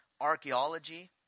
archaeology